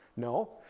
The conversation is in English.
No